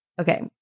okay